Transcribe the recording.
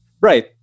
Right